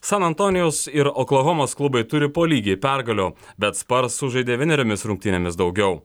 san antonijaus ir oklahomos klubai turi po lygiai pergalių bet spars sužaidė vieneriomis rungtynėmis daugiau